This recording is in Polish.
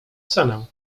cenę